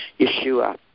Yeshua